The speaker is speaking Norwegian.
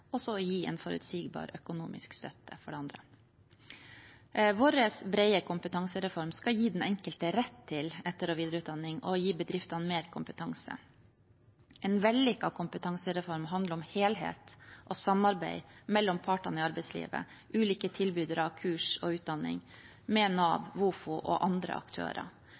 å gi en forutsigbar økonomisk støtte. Vår brede kompetansereform skal gi den enkelte rett til etter- og videreutdanning og gi bedriftene mer kompetanse. En vellykket kompetansereform handler om helhet og samarbeid mellom partene i arbeidslivet, ulike tilbydere av kurs og utdanning, med Nav, Vofo og andre aktører.